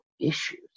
issues